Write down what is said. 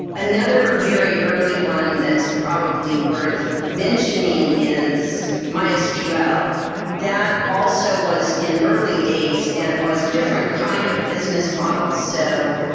another very early one that's probably worth mentioning is mysql. that also was in early days and was a different kind of business model. so,